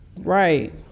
Right